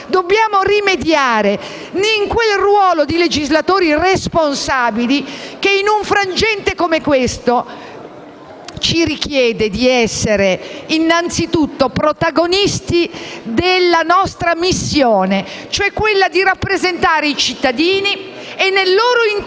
ma rimediarvi attraverso il ruolo di legislatori responsabili. In un frangente come questo ci è richiesto di essere innanzitutto protagonisti della nostra missione, cioè quella di rappresentare i cittadini e di legiferare